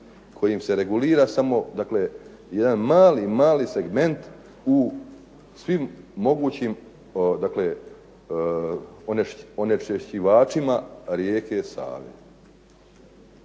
kojim se regulira samo jedan mali, mali segment u svim mogućim onečišćivačima rijeke Save.